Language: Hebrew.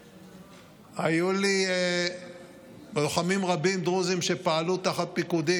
היו לי לוחמים דרוזים רבים שפעלו תחת פיקודי,